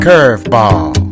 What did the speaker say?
Curveball